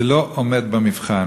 זה לא עומד במבחן.